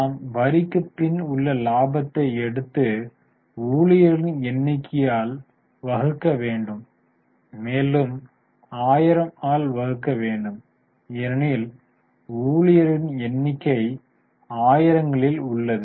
நாம் வரிக்குப் பின் உள்ள லாபத்தை எடுத்து ஊழியர்களின் எண்ணிக்கையால் வகுக்க வேண்டும் மேலும் 1000 ஆல் வகுக்க வேண்டும் ஏனெனில் ஊழியர்களின் எண்ணிக்கை 1000 களில் உள்ளது